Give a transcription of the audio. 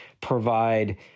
provide